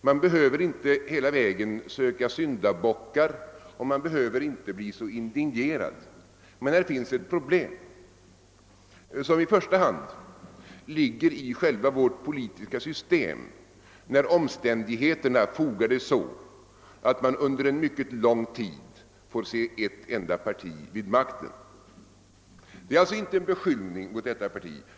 Man behöver inte hela vägen söka syndabockar, och man behöver inte bli så indignerad, men här finns ett problem som i första hand ligger i själva vårt politiska system när omständigheterna fogar det så, att man under en mycket lång tid får se ett enda parti vid makten. Det är alltså inte en beskyllning mot detta parti.